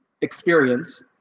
experience